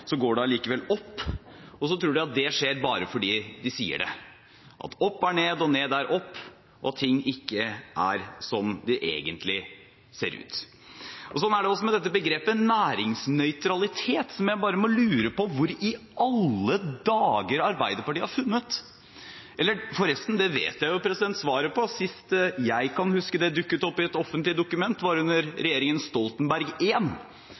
og ned er opp, og at ting egentlig ikke er slik de ser ut. Sånn er det også med dette begrepet «næringsnøytralitet», som jeg bare må lure på hvor i alle dager Arbeiderpartiet har funnet. Eller forresten – det vet jeg svaret på. Sist jeg kan huske at det dukket opp i et offentlig dokument, var under regjeringen Stoltenberg